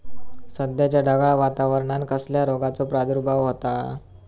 सध्याच्या ढगाळ वातावरणान कसल्या रोगाचो प्रादुर्भाव होता?